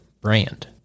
brand